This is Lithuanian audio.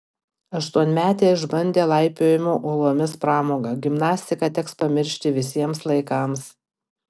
aštuonmetė išbandė laipiojimo uolomis pramogą gimnastiką teks pamiršti visiems laikams